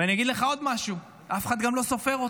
ואני אגיד לך עוד משהו: אף אחד גם לא סופר אותך.